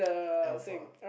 alpha